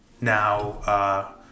now